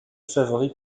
favori